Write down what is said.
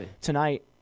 tonight